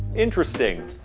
interesting!